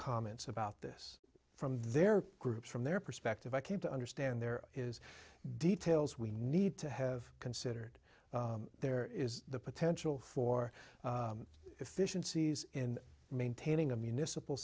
comments about this from their groups from their perspective i came to understand there is details we need to have considered there is the potential for efficiencies in maintaining a municipal